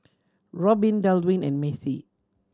Robbin Dalvin and Maci